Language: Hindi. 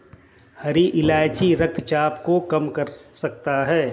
हरी इलायची रक्तचाप को कम कर सकता है